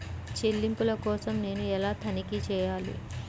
చెల్లింపుల కోసం నేను ఎలా తనిఖీ చేయాలి?